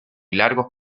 largos